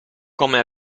come